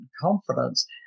confidence